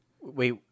Wait